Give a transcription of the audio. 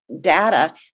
data